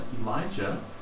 Elijah